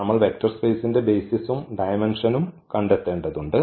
നമ്മൾ വെക്റ്റർ സ്പേസിന്റെ ബെയ്സിസും ഡയമെന്ഷനും കണ്ടെത്തേണ്ടതുണ്ട്